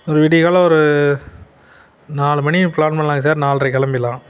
ஒரு விடியகாலைல ஒரு நாலு மணிக்கு ப்ளான் பண்ணலாங்க சார் நால்ரைக்கு கிளம்பிர்லாம்